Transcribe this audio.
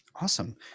Awesome